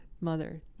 Mother